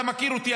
אתה מכיר אותי,